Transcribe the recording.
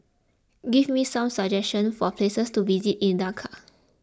give me some suggestions for places to visit in Dakar